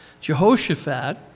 Jehoshaphat